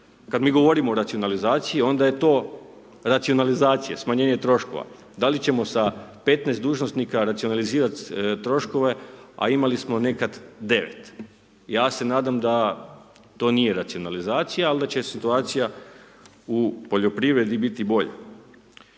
Kad mi govorimo o racionalizaciji, onda je to racionalizacija, smanjenje troškova, da li ćemo sa 15 dužnosnika racionalizirati troškove a imali smo nekad 9? ja se nadam da to nije racionalizacija ali da će situacija u poljoprivredi biti bolja.